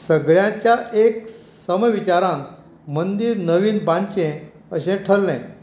सगल्यांच्या एक समविचारान मंदिर नवीन बांदचें अशें ठरलें